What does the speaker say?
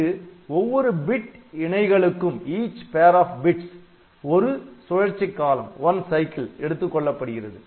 இங்கு ஒவ்வொரு பிட் இணைகளுக்கும் ஒரு சுழற்சிக் காலம் எடுத்துக்கொள்ளப்படுகிறது